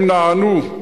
הם נענו,